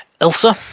Elsa